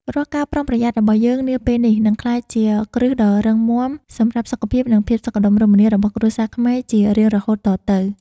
រាល់ការប្រុងប្រយ័ត្នរបស់យើងនាពេលនេះនឹងក្លាយជាគ្រឹះដ៏រឹងមាំសម្រាប់សុខភាព និងភាពសុខដុមរមនារបស់គ្រួសារខ្មែរជារៀងរហូតតទៅ។